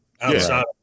Outside